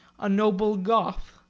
a noble goth,